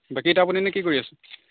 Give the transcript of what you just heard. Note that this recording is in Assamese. বাকী এতিয়া আপুনি এনে কি কৰি আছে